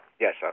Yes